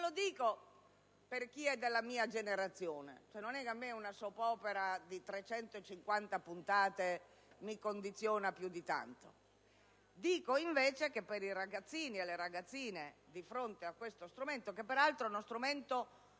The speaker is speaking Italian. lo dico per chi è della mia generazione, perché, personalmente, una *soap opera* di 350 puntate non mi condiziona più di tanto: lo dico perché i ragazzini e le ragazzine, di fronte a questo strumento, che peraltro è uno strumento